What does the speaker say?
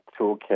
toolkit